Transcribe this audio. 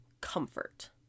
comfort